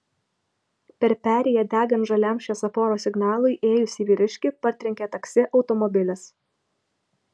per perėją degant žaliam šviesoforo signalui ėjusį vyriškį partrenkė taksi automobilis